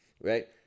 Right